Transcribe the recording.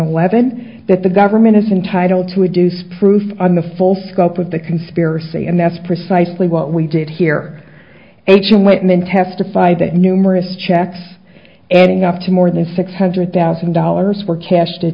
eleven that the government is entitled to a deuce proof on the full scope of the conspiracy and that's precisely what we did here h and what men testified that numerous checks adding up to more than six hundred thousand dollars were cashed the